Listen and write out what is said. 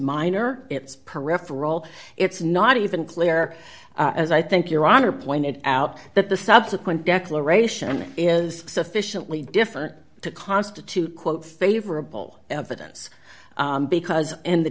minor it's peripheral it's not even clear as i think your honor pointed out that the subsequent declaration is sufficiently different to constitute quote favorable evidence because in the